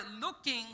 looking